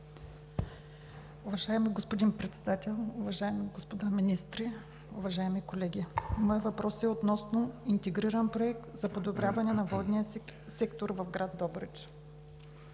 Уважаеми господин Председател, уважаеми господа министри, уважаеми колеги! Моят въпрос е относно „Интегриран проект за подобряване на водния сектор в град Добрич“.